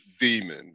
demon